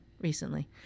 recently